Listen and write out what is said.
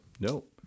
Nope